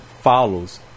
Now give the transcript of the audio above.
follows